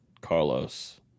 Carlos